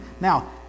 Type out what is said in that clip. Now